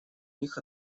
них